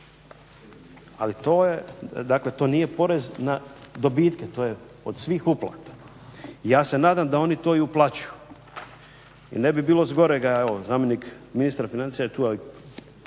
ali to nije porez na dobitke, to je od svih uplata i ja se nadam da oni to i uplaćuju. I ne bi bilo zgorega, evo zamjenik ministra financija je tu, a i